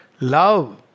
love